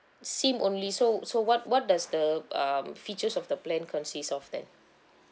sim only so so what what does the um features of the plan consists of then